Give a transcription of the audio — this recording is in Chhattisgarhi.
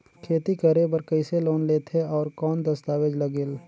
खेती करे बर कइसे लोन लेथे और कौन दस्तावेज लगेल?